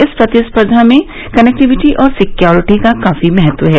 इस प्रतिस्पर्धा में कनेक्टिविटी और सिक्योरिटी का काफी महत्व है